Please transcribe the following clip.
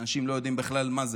אנשים לא יודעים בכלל מה.